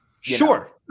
sure